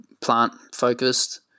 plant-focused